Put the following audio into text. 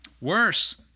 Worse